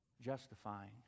justifying